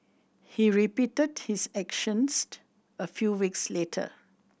he repeated his actions a few weeks later